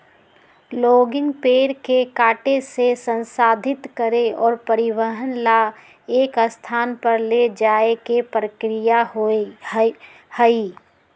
logging पेड़ के काटे से, संसाधित करे और परिवहन ला एक स्थान पर ले जाये के प्रक्रिया हई